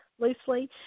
loosely